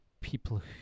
people